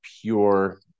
pure